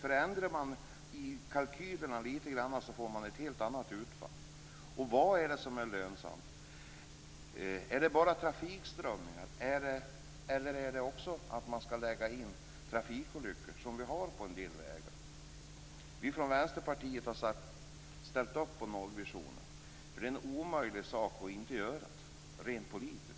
Förändrar man i kalkylerna litet grand får man ett helt annat utfall. Och vad är det som är lönsamt? Är det bara trafikströmningar det gäller, eller skall man också lägga in trafikolyckor som vi har på en del vägar? Vi från Vänsterpartiet har ställt upp på nollvisionen, för det är en omöjlig sak rent politiskt att inte göra det.